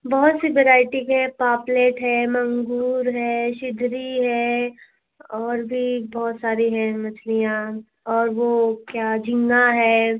बहुत सी वेराइटी के हैं पापलेट है मंगूर है शिगरी है और भी बहुत सारे हैं मछलियाँ और वो क्या झींगा है